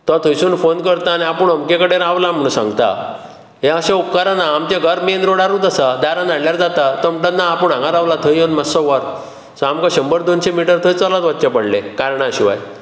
तो थंयसर फोन करता आनी आपूण अमके कडेन रावला म्हणून सांगता हें अशें उपकारना आमचें घर मेन रोडारूच आसा दारांत हाडल्यार जाता तो म्हणटा ना आपूण हांगाच रावला थंय येवन मातसो व्हर सामको शंबर दोनशी मिटर थंय चलत वचचें पडलें कारणा शिवाय